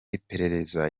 iperereza